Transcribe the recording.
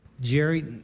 Jerry